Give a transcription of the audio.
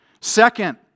Second